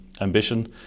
ambition